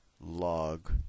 log